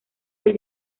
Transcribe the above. del